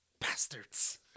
Bastards